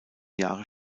jahre